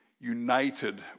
united